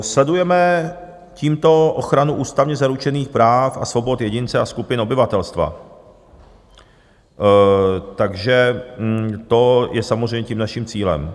Sledujeme tímto ochranu ústavně zaručených práv a svobod jedince a skupin obyvatelstva, takže to je samozřejmě naším cílem.